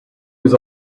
was